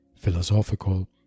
philosophical